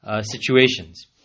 situations